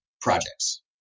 projects